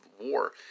war